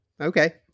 Okay